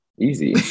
easy